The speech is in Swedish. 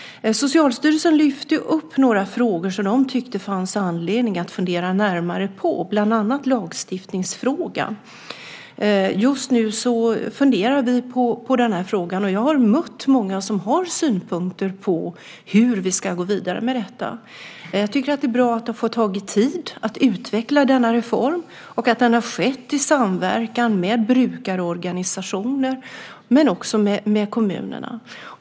Socialstyrelsen lyfte fram några frågor som de tyckte att det fanns anledning att fundera närmare på, bland annat lagstiftningsfrågan. Just nu funderar vi på den frågan, och jag har mött många som har synpunkter på hur vi ska gå vidare med detta. Jag tycker att det är bra att det har fått ta tid att utveckla denna reform och att det har skett i samverkan med brukarorganisationer men också med kommunerna.